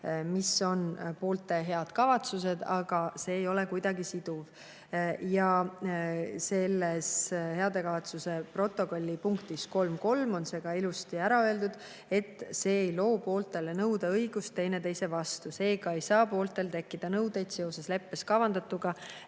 mis on poolte head kavatsused, aga see ei ole kuidagi siduv. Selles heade kavatsuse protokolli punktis 3.3. on ka ilusti öeldud, et see ei loo pooltele nõudeõigust teineteise vastu. Seega ei saa pooltel tekkida nõudeid seoses heade kavatsuste